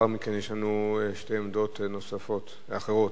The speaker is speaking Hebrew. לאחר מכן יש לנו שתי עמדות נוספות אחרות,